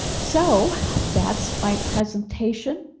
so that's my presentation.